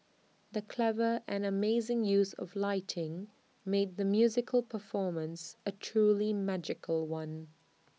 the clever and amazing use of lighting made the musical performance A truly magical one